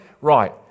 Right